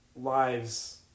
lives